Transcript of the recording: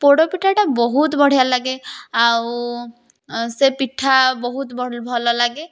ପୋଡ଼ପିଠାଟା ବହୁତ ବଢ଼ିଆ ଲାଗେ ଆଉ ସେ ପିଠା ବହୁତ ଭଲ ଲାଗେ